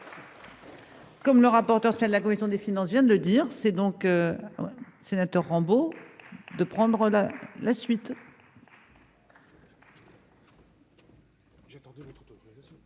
Comme le rapporteur, la commission des finances vient de le dire, c'est donc. Ouais, sénateur Rambo de prendre la la suite.